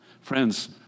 Friends